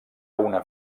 una